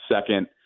Second –